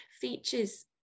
features